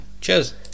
Cheers